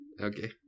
Okay